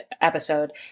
episode